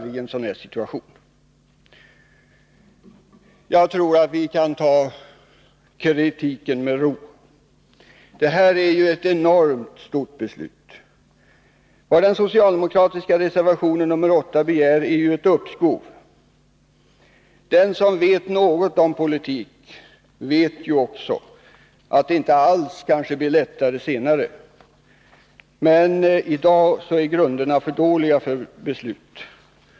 Vi kan ta den kritiken med ro. Detta är ett enormt stort beslut. Vad den socialdemokratiska reservationen nr 8 begär är ett uppskov. Den som vet något om politik vet ju också att det kanske inte alls blir lättare senare. Men i dag är grunderna för ett beslut alltför dåliga.